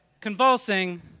convulsing